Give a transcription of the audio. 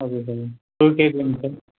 okay sir two KG வேணும் sir